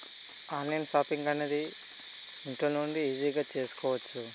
online shopping అనేది ఇంట్లో నుండి ఈజీగా చేసుకోవచ్చు